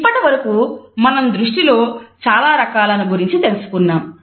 ఇప్పటివరకు మనం దృష్టిలో చాలా రకాల ను గురించి తెలుసుకున్నాం